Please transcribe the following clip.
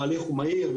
ההליך הוא מהיר,